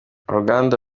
uruganda